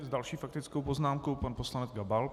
S další faktickou poznámkou pan poslanec Gabal.